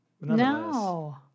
No